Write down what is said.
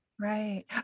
Right